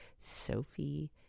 Sophie